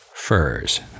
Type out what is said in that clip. Furs